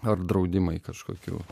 ar draudimai kažkokių